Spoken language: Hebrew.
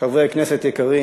חברי כנסת יקרים,